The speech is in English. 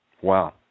Wow